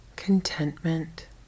Contentment